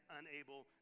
unable